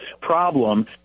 problem